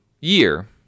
year